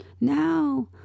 Now